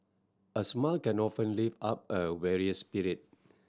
a smile can often lift up a weary spirit